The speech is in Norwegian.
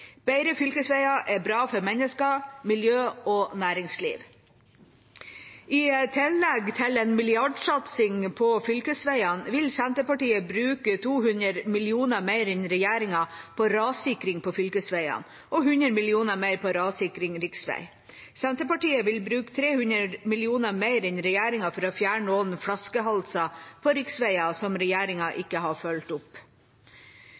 Bedre fylkesveier er bra for mennesker, miljø og næringsliv. I tillegg til en milliardsatsing på fylkesveiene vil Senterpartiet bruke 200 mill. kr mer enn regjeringa på rassikring av fylkesveiene og 100 mill. kr mer på rassikring av riksveier. Senterpartiet vil bruke 300 mill. kr mer enn regjeringa for å fjerne noen flaskehalser på riksveiene, som regjeringa ikke har fulgt opp.